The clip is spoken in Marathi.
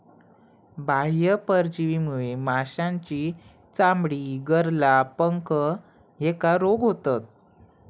बाह्य परजीवीमुळे माशांची चामडी, गरला, पंख ह्येका रोग होतत